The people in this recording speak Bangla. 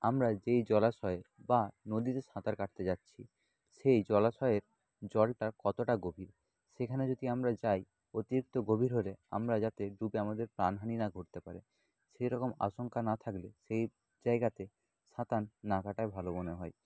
আমরা যে জলাশয়ে বা নদীতে সাঁতার কাটতে যাচ্ছি সেই জলাশয়ের জলটা কতটা গভীর সেখানে যদি আমরা যাই অতিরিক্ত গভীর হলে আমরা যাতে ডুবে আমাদের প্রাণহানি না ঘটতে পারে সেই রকম আশঙ্কা না থাকলে সেই জায়গাতে সাঁতার না কাটাই ভালো মনে হয়